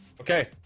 Okay